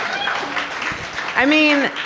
i mean,